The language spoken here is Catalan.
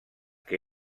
que